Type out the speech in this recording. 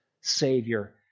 Savior